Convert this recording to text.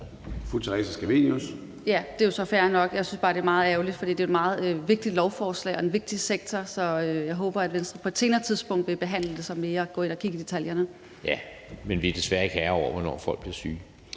Ja, men vi er desværre ikke herrer over, hvornår folk bliver syge.